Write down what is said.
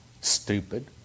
Stupid